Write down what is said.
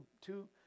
two